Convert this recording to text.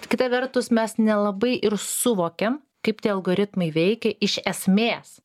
kita vertus mes nelabai ir suvokiam kaip tie algoritmai veikia iš esmės